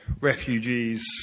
refugees